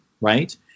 right